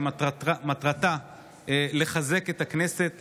שמטרתה לחזק את הכנסת,